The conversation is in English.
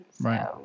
Right